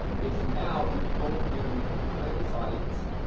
okay? so now we can go in here and we can create this audience